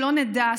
שלא נדע,